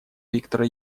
виктора